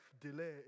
delay